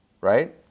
right